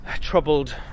troubled